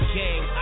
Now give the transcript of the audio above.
game